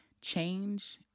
change